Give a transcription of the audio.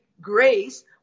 grace